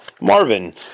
Marvin